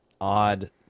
odd